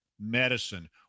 medicine